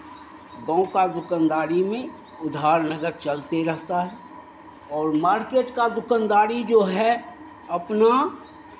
गाँव का दुकानदारी में उधार नगद चलते रहता है और मार्केट का दुकानदारी जो है अपना